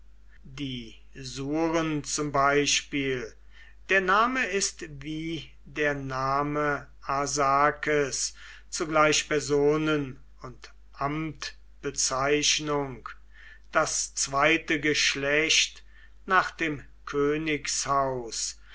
die surn zum beispiel der name ist wie der name arsakes zugleich personen und amtbezeichnung das zweite geschlecht nach dem